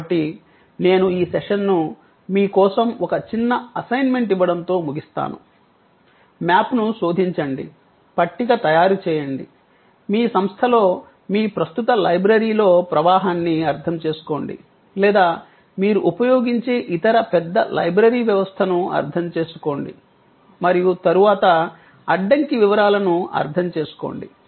కాబట్టి నేను ఈ సెషన్ను మీ కోసం ఒక చిన్న అసైన్మెంట్ ఇవ్వడంతో ముగిస్తాను మ్యాప్ను శోధించండి పట్టిక తయారుచేయండి మీ సంస్థలో మీ ప్రస్తుత లైబ్రరీలో ప్రవాహాన్ని అర్థం చేసుకోండి లేదా మీరు ఉపయోగించే ఇతర పెద్ద లైబ్రరీ వ్యవస్థను అర్థం చేసుకోండి మరియు తరువాత అడ్డంకి వివరాలను అర్థం చేసుకోండి